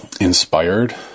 inspired